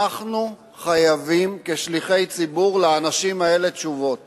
אנחנו חייבים, כשליחי ציבור, תשובות